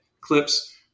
clips